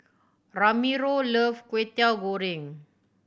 Ramiro love Kwetiau Goreng